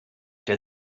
der